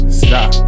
stop